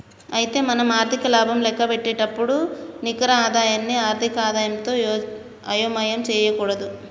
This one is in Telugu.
అయితే మనం ఆర్థిక లాభం లెక్కపెట్టేటప్పుడు నికర ఆదాయాన్ని ఆర్థిక ఆదాయంతో అయోమయం చేయకూడదు